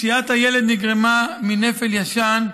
פציעת הילד נגרמה מנפל ישן,